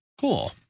Cool